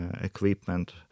equipment